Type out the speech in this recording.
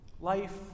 Life